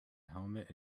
helmet